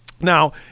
Now